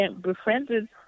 befriended